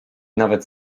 nawet